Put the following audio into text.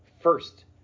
first